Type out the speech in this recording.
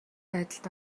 байдалд